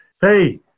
Hey